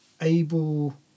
able